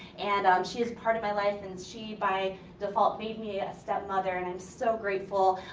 and she is part of my life and she by default made me a step mother and i'm so grateful.